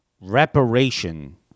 reparation